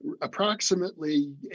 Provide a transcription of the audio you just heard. Approximately